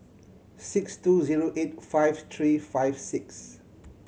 six two zero eight five three five six